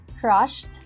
crushed